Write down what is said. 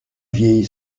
vieille